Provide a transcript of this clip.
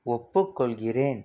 ஒப்புக்கொள்கிறேன்